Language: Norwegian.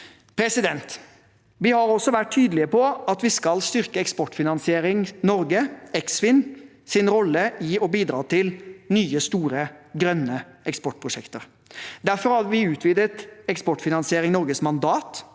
vårt. Vi har også vært tydelige på at vi skal styrke Eksportfinansiering Norge, Eksfin, sin rolle i å bidra til nye, store grønne eksportprosjekter. Derfor har vi utvidet Eksportfinansiering Norges mandat